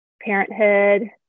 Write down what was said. Parenthood